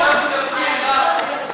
לפי החוק הבין-לאומי,